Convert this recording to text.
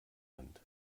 hand